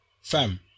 fam